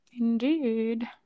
indeed